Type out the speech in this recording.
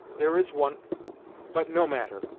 there is one but no matter.